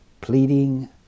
pleading